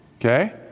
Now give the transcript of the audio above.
okay